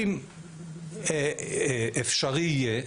אם אפשרי יהיה,